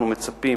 אנחנו מצפים